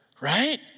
Right